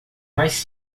mais